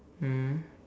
mm